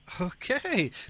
okay